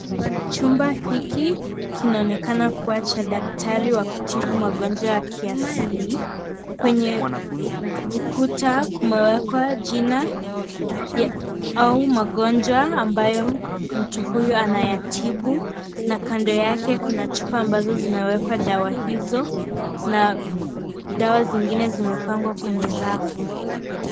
Chumba hiki, kinaonekana kuwa cha daktari wa kutibu magonjwa ya kiasili, kwenye, ukuta, kumewekwa jina, ya, au magonjwa, ambayo mtu huyu anayatibu, na kando yake kuna chupa ambazo zimewekwa dawa hizo, na, dawa zingine zimepangwa kwenye rafu.